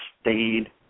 stayed